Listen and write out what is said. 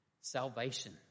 salvation